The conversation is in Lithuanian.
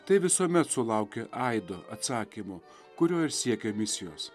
tai visuomet sulaukia aido atsakymo kurio ir siekia misijos